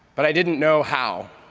but i didn't know how.